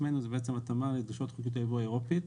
עצמנו זה התאמה לדרישות החוקיות האירופית.